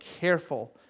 careful